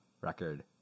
record